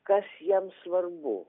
kas jam svarbu